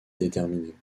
déterminer